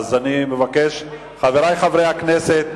חברי חברי הכנסת,